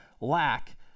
lack